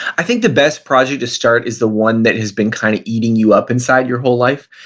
i think the best project to start is the one that has been kind of eating you up inside your whole life.